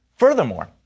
Furthermore